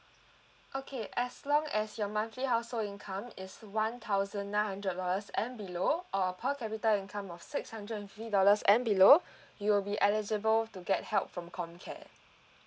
okay as long as your monthly household income is one thousand nine hundred dollars and below or per capita income of six hundred and fifty dollars and below you'll be eligible to get help from comcare